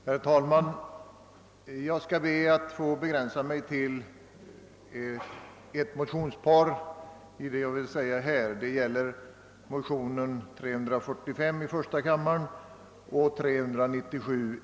Herr talman! Jag skall begränsa mig till att i mitt inlägg beröra ett motionspar, nämligen I: 345 och II: 397.